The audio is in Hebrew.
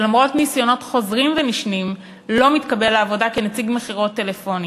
שלמרות ניסיונות חוזרים ונשנים לא מתקבל לעבודה כנציג מכירות בטלפון,